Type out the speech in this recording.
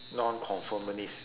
nonconformist